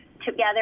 Together